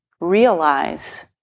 realize